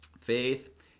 Faith